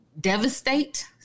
devastate